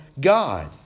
God